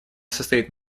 состоит